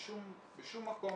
בשום מקום